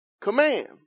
command